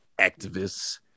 activists